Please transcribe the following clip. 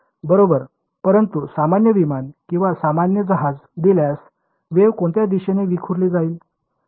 बरोबर परंतु सामान्य विमान किंवा सामान्य जहाज दिल्यास वेव्ह कोणत्या दिशेने विखुरली जाईल